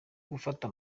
gafata